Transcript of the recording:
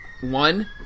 one